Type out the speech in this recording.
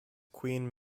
queen